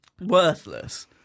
worthless